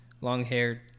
long-haired